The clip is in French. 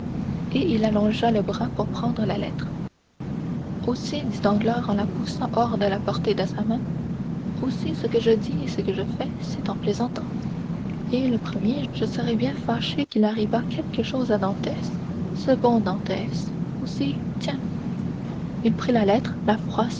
et il allongea le bras pour prendre la lettre aussi dit danglars en la poussant hors de la portée de sa main aussi ce que je dis et ce que je dis et ce que je fais c'est en plaisantant et le premier je serais bien fâché qu'il arrivât quelque chose à dantès ce bon dantès aussi tiens il prit la lettre la